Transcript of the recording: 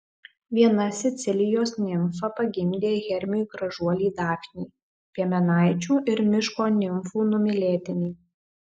viena sicilijos nimfa pagimdė hermiui gražuolį dafnį piemenaičių ir miško nimfų numylėtinį